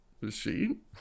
machine